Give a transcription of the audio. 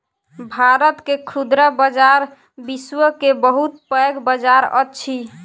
भारत के खुदरा बजार विश्व के बहुत पैघ बजार अछि